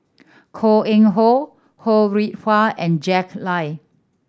Koh Eng Hoon Ho Rih Hwa and Jack Lai